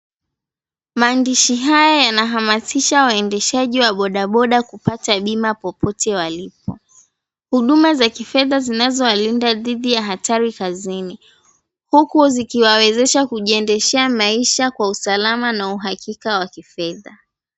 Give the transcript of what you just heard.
Maandishi haya yanahamasisha waendeshaji wa bodaboda kupata bima popote walipo. Huduma za kifedha zinazowalinda dhidi ya hatari kazini huku zikiwawezesha kujiendeshea maisha kwa usalama na uhakika wa kifedha.